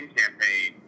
campaign